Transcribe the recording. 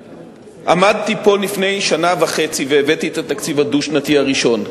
שעמדתי פה לפני שנה וחצי והבאתי את התקציב הדו-שנתי הראשון.